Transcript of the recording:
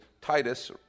Titus